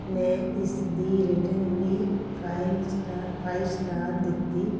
ਮੈਂ ਇਸ ਦੀ ਰੇਟਿੰਗ ਵੀ ਫਾਈਲ ਸਟਾ ਫਾਇਵ ਸਟਾਰ ਦਿੱਤੀ